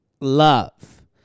love